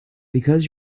because